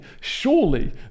surely